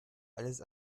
alles